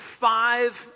five